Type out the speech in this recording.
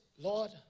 Lord